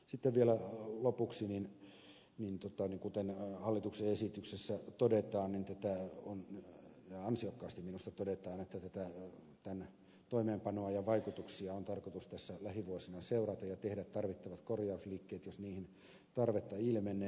sitten vielä lopuksi se niin kuin tässä hallituksen esityksessä todetaan ja ansiokkaasti minusta todetaan että tämän toimeenpanoajan vaikutuksia on tarkoitus tässä lähivuosina seurata ja tehdä tarvittavat korjausliikkeet jos niihin tarvetta ilmenee